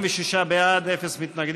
חברי ועדת העבודה והשירותים הסוציאליים